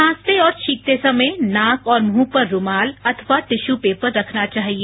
खांसते और छींकते समय नाक और मुंह पर रूमाल अथवा टिश्यू पेपर रखना चाहिए